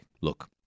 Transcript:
look